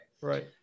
right